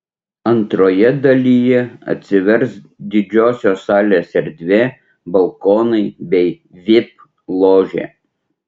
antroje dalyje atsivers didžiosios salės erdvė balkonai bei vip ložė